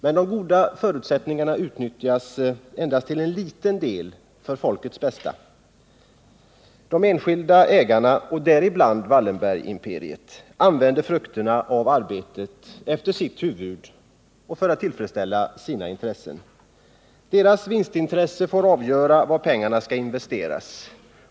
Men de goda förutsättningarna utnyttjas endast till liten del för folkets bästa — de enskilda ägarna, däribland Wallenbergimperiet, använder frukterna av arbetet efter sitt huvud och sina intressen. Deras vinstintressen får avgöra var pengarna skall investeras.